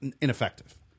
ineffective